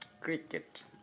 Cricket